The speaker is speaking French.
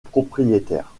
propriétaire